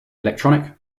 electronic